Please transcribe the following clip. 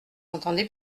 entendez